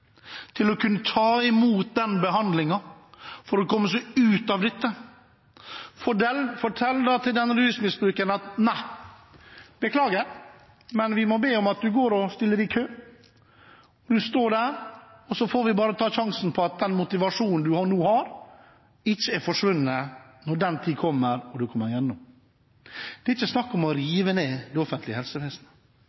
for å kunne ta imot behandlingen for å komme seg ut av dette. Fortell til den rusmisbrukeren at nei, beklager, men vi må be om at du går og stiller deg i kø, og mens du står der, får vi bare ta sjansen på at den motivasjonen du nå har, ikke er forsvunnet når den tid kommer at du kommer gjennom. Det er ikke snakk om å rive ned det offentlige helsevesenet.